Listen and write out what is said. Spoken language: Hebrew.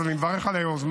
אז אני מברך על היוזמה,